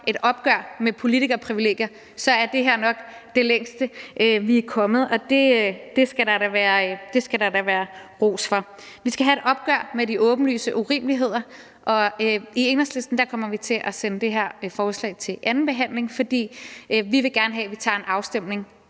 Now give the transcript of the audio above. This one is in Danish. et opgør med politikerprivilegier – og det skal der da være ros for. Vi skal have et opgør med de åbenlyse urimeligheder, og i Enhedslisten kommer vi til at sende det her beslutningsforslag til anden behandling, fordi vi gerne vil have, at vi tager en afstemning